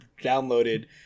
downloaded